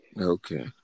Okay